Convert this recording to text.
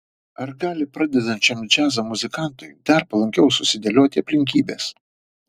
ar gali pradedančiam džiazo muzikantui dar palankiau susidėlioti aplinkybės